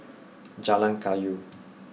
Jalan Kayu